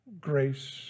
grace